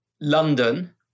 London